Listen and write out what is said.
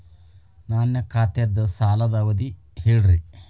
ನನ್ನ ಖಾತಾದ್ದ ಸಾಲದ್ ಅವಧಿ ಹೇಳ್ರಿ